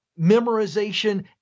memorization